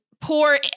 poor